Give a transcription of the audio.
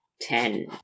ten